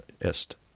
est